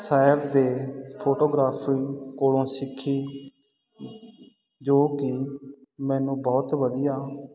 ਸ਼ਹਿਰ ਦੇ ਫੋਟੋਗ੍ਰਾਫੀ ਕੋਲੋਂ ਸਿੱਖੀ ਜੋ ਕਿ ਮੈਨੂੰ ਬਹੁਤ ਵਧੀਆ